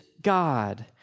God